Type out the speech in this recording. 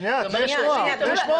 שנייה, תני לשמוע.